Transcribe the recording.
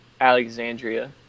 Alexandria